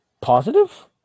Positive